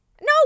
No